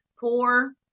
poor